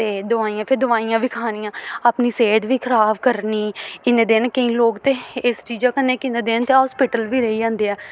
ते दवाइयां फिर दवाइयां बी खानियां अपनी सेह्त बी खराब करनी इन्ने दिन केईं लोक ते इस चीजा कन्नै किन्ने दिन ते हास्पिटल बी रेही जंदे ऐ